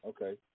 Okay